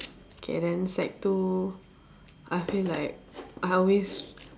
K then sec two I feel like I always